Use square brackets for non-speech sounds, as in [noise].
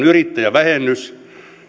[unintelligible] yrittäjävähennys